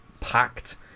packed